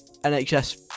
NHS